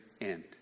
end